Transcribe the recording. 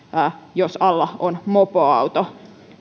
jos alla on vaikkapa mopoauto